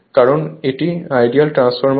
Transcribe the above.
কারণ এটি ideal transformer